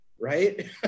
right